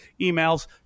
emails